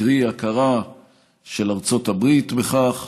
קרי הכרה של ארצות הברית בכך,